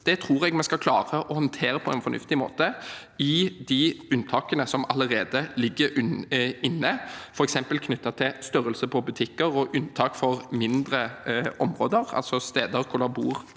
tror jeg vi skal klare å håndtere på en fornuftig måte i de unntakene som allerede ligger inne, f.eks. knyttet til størrelse på butikker og unntak for mindre områder, altså steder hvor det bor